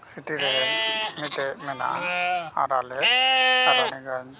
ᱥᱤᱴᱤᱨᱮ ᱢᱤᱫᱴᱮᱱ ᱢᱮᱱᱟᱜᱼᱟ ᱟᱨ ᱟᱞᱮ ᱨᱟᱱᱤᱜᱚᱧᱡᱽ